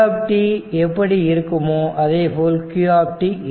v எப்படி இருக்குமோ அதேபோல் q இருக்கும்